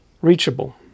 reachable